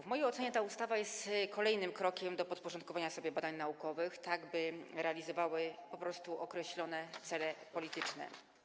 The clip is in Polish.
W mojej ocenie ta ustawa jest kolejnym krokiem do podporządkowania sobie badań naukowych tak, by realizowały określone cele polityczne.